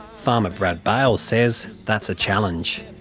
farmer brad bales says that's a challenge.